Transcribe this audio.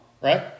right